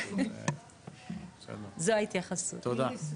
זו ההתייחסות, תודה.